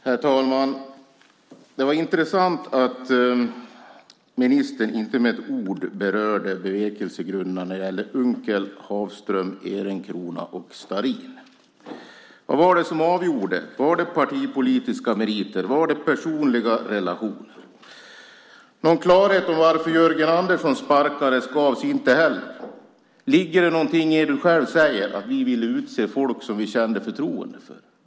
Herr talman! Det var intressant att ministern inte med ett ord berörde bevekelsegrunden när det gällde Unckel, Hafström, Ehrencrona och Starrin. Vad var det som avgjorde? Var det partipolitiska meriter? Var det personliga relationer? Någon klarhet om varför Jörgen Andersson sparkades gavs inte heller. Ligger det någonting i det du själv säger: Vi ville utse folk som vi kände förtroende för?